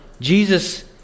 Jesus